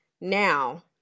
Now